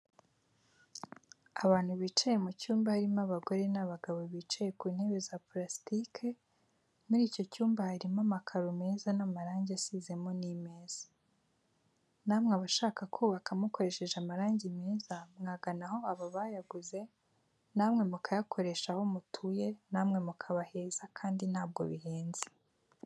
Abantu bicaye mu cyumba harimo abagore n'abagabo bicaye ku ntebe za purasitike, muri icyo cyumba harimo amakaro meza n'amarangi asizemo n'imeza. Namwe abashaka kubaka mukoresheje amarangi meza mwagana aho aba bayaguze namwe mukayakoresha aho mutuye namwe mukaba heza kandi ntabwo bihenze.